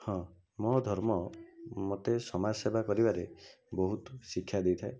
ହଁ ମୋ ଧର୍ମ ମୋତେ ସମାଜସେବା କରିବାରେ ବହୁତ ଶିକ୍ଷା ଦେଇଥାଏ